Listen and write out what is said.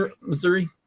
Missouri